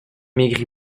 maigri